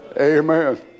amen